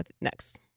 next